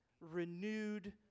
renewed